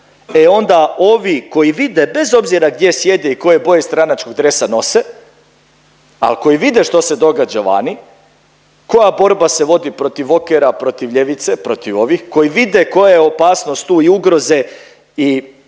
e onda ovi koji vide bez obzira gdje sjede i koje boje stranačkog dresa nose, al koji vide što se događa vani, koja borba se vodi protiv Walkera, protiv ljevice, protiv ovih koji vide koja je opasnost tu i ugroze i